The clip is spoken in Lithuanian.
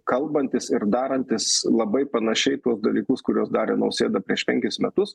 kalbantis ir darantis labai panašiai tuos dalykus kuriuos darė nausėda prieš penkis metus